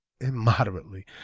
immoderately